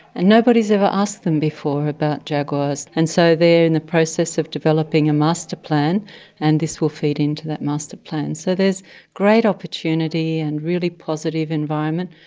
and nobody has ever asked them before about jaguars. and so they are in the process of developing a master plan and this will feed into that master plan. so there's great opportunity and really positive environment.